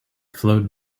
flowed